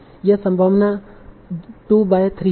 यह संभावना 2 बाय 3 होगी